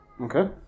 Okay